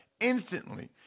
instantly